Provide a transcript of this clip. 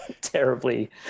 terribly